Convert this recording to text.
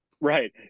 Right